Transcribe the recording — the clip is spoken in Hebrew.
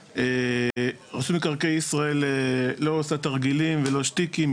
רשות מקרקעי ישראל לא עושה תרגילים ולא "שטיקים".